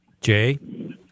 Jay